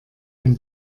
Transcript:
ein